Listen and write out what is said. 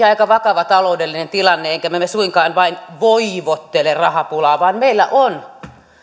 aika vakava taloudellinen tilanne emmekä me suinkaan vain voivottele rahapulaa vaan meillä on